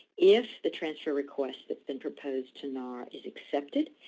if the transfer request that's been proposed to nara is accepted,